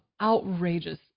outrageous